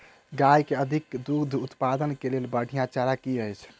गाय केँ अधिक दुग्ध उत्पादन केँ लेल बढ़िया चारा की अछि?